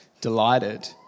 delighted